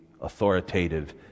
authoritative